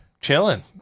Chilling